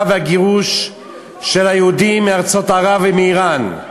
והגירוש של היהודים מארצות ערב ומאיראן.